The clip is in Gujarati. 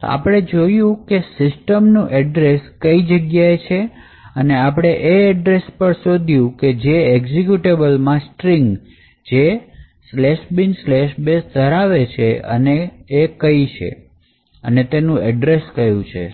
તો હવે આપણે જોયું કે system નું એડ્રેસ કઇ જગ્યાએ છે અને આપણે એ પણ શોધ્યું કે એક્ઝિક્યુટેબલ માં સ્ટ્રિંગ કે જે binbash ધરાવે છે એ કઈ છે અને તેનું એડ્રેસ કયું છે